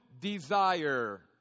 desire